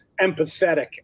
empathetic